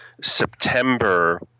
September